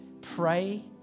pray